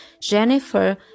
Jennifer